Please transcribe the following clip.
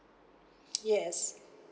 yes